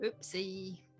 oopsie